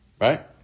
right